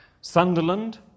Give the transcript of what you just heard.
Sunderland